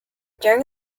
during